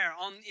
on